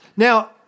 Now